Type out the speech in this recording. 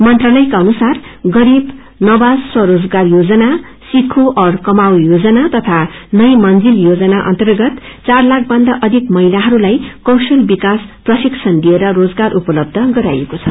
मंत्रालयका अनुसार गरीब नवाड़ा स्व रोजगार योजना सिखो और कमाओ योजना तथा नई मंजिल योजना अर्न्तगत घार लाखभन्दा अधिक महिलाहरूलाई कौशल विकास प्रशिक्षण दिएर रोजगार उपलब्ध गराइएको छ